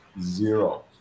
Zero